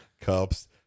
cups